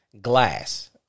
glass